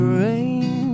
rain